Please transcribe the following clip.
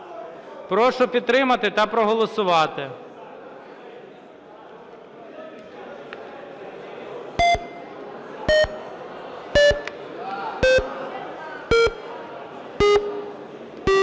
Прошу підтримати та проголосувати.